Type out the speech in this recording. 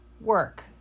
work